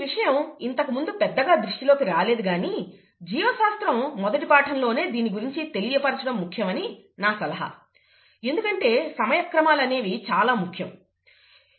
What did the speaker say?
ఈ విషయం ఇంతకుముందు పెద్దగా దృష్టిలో నికి రాలేదు కానీ జీవశాస్త్రం మొదటి పాఠం లోనే దీని గురించి తెలియపరచడం ముఖ్యమని నా సలహా ఎందుకంటే సమయక్రమాలు అనేవి చాలా ముఖ్యమైనవి